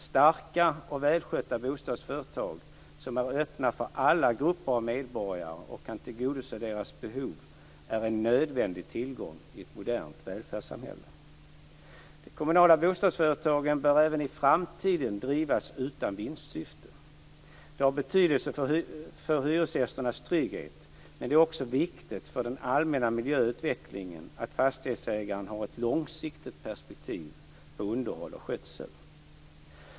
Starka och välskötta bostadsföretag som är öppna för alla grupper av medborgare och kan tillgodose deras behov är en nödvändig tillgång i ett modernt välfärdssamhälle. De kommunala bostadsföretagen bör även i framtiden drivas utan vinstsyfte. Det har betydelse för hyresgästernas trygghet, men det är också viktigt för den allmänna miljöutvecklingen att fastighetsägaren har ett långsiktigt perspektiv på underhåll och skötsel.